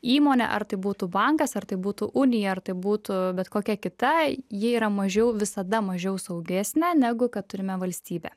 įmonė ar tai būtų bankas ar tai būtų unija ar tai būtų bet kokia kita jie yra mažiau visada mažiau saugesnė negu kad turime valstybę